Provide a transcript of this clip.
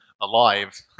alive